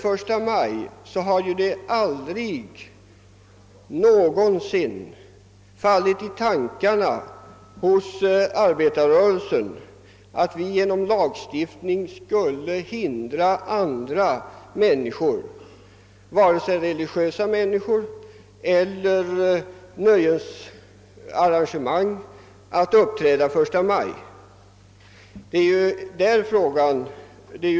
Det har aldrig någonsin fallit arbetarrörelsen i tankarna att genom lagstiftning hindra andra människor att ägna sig åt vare sig religiösa sammankomster eller nöjesarrangemang under första maj. Det är där kärnpunkten ligger.